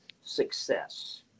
success